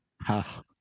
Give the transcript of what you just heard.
Ha